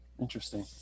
interesting